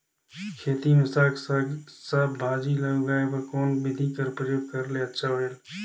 खेती मे साक भाजी ल उगाय बर कोन बिधी कर प्रयोग करले अच्छा होयल?